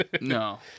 no